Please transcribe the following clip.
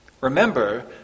Remember